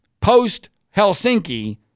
post-Helsinki